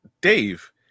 dave